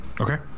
okay